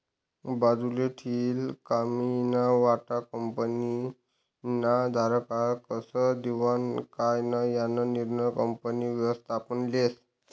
बाजूले ठीयेल कमाईना वाटा कंपनीना भागधारकस्ले देवानं का नै याना निर्णय कंपनी व्ययस्थापन लेस